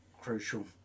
crucial